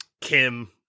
Kim